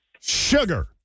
sugar